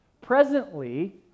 Presently